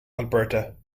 alberta